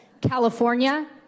California